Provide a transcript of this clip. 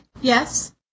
Yes